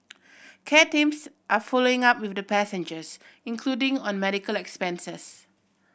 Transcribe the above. care teams are following up with the passengers including on medical expenses